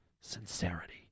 sincerity